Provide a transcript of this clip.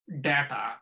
data